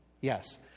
Yes